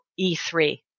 E3